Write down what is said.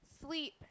sleep